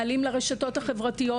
מעלים לרשתות החברתיות.